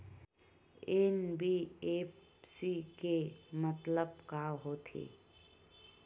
NBFC के मतलब का होथे?